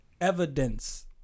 Evidence